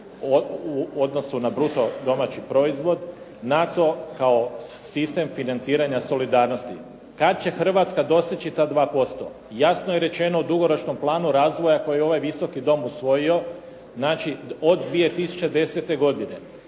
u odnosu na bruto domaći proizvod. NATO kao sistem financiranja solidarnosti. Kada će Hrvatska doseći ta 2%? Jasno je rečeno u dugoročnom planu razvoja koji je ovaj Visoki dom usvojio, znači od 2010. godine